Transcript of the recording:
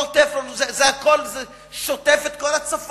לא "תפרון" זה שוטף את כל הצפון,